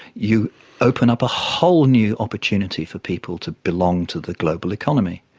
you open up a whole new opportunity for people to belong to the global economy.